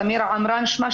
סמירה עמראן שמה,